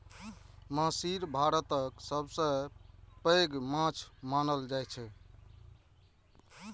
महसीर भारतक सबसं पैघ माछ मानल जाइ छै